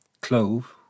clove